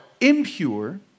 impure